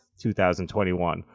2021